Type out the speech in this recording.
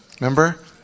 Remember